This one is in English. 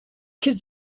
kid